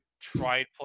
tried